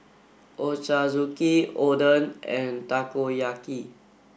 Ochazuke Oden and Takoyaki